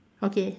okay